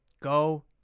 Go